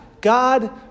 God